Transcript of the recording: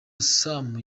sam